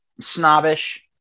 snobbish